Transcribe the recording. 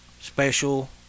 special